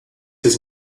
his